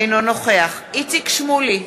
אינו נוכח איציק שמולי,